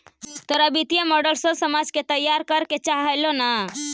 तोरा वित्तीय मॉडल सोच समझ के तईयार करे के चाह हेलो न